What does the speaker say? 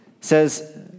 says